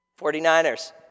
49ers